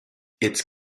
its